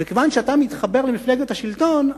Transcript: וכיוון שאתה מתחבר למפלגת השלטון,